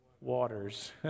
waters